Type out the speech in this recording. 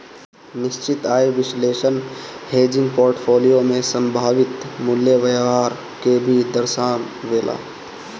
निश्चित आय विश्लेषण हेजिंग पोर्टफोलियो में संभावित मूल्य व्यवहार के भी दर्शावेला